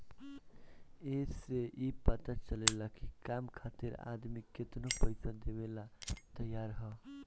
ए से ई पता चलेला की काम खातिर आदमी केतनो पइसा देवेला तइयार हअ